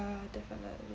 definitely